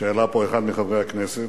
שהעלה פה אחד מחברי הכנסת,